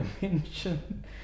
dimension